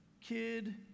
kid